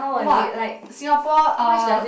!wah! Singapore uh